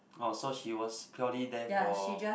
oh so she was purely there for